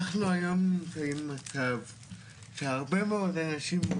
אנחנו היום נמצאים במצב שהרבה מאוד אנשים עם